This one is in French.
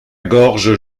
gorge